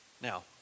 Now